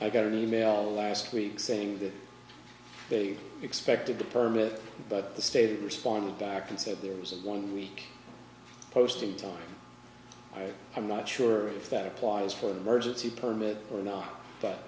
i got an email last week saying that they expected the permit but the state responded back and said there was a one week posting time i'm not sure if that applies for the emergency permit or not but